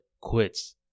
quits